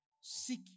Seek